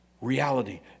Reality